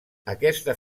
aquesta